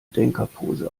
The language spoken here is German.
denkerpose